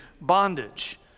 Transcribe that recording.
bondage